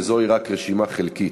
וזוהי רק רשימה חלקית.